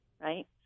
right